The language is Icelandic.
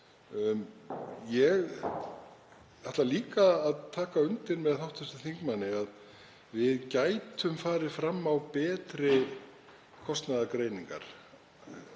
Ég ætla líka að taka undir með hv. þingmanni að við gætum farið fram á betri kostnaðargreiningar.